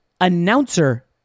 announcer